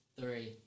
Three